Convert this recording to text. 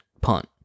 Punt